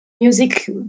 Music